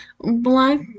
Black